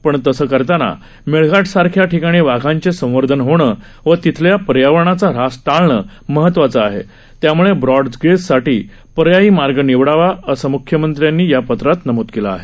पण तसे करताना मेळघाटसारख्या ठिकाणी वाघांचे संवर्धन होणे व येथील पर्यावरणाचा ऱ्हास टाळणे महत्वाचे आहे त्यामुळे ब्रॉडगेजसाठी पर्यायी मार्ग निवडावा असे म्ख्यमंत्री या पत्रात नमूद केले आहे